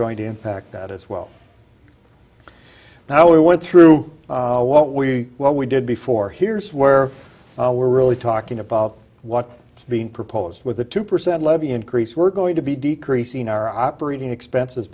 going to impact that as well now we went through what we what we did before here's where we're really talking about what is being proposed with a two percent levy increase we're going to be decreasing our operating expenses